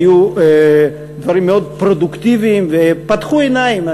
היו דברים מאוד פרודוקטיביים ופקחו עיניים.